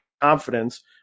confidence